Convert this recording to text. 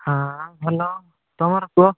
ହଁ ଭଲ ତୁମର କୁହ